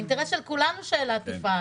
האינטרס של כולנו הוא שאילת תפעל.